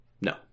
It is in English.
no